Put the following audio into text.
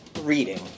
reading